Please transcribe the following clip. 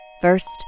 First